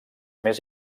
més